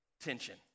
tension